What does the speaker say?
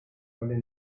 fallen